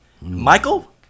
Michael